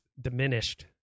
diminished